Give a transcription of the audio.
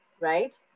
right